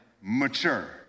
mature